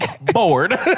Bored